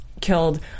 killed